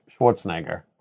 Schwarzenegger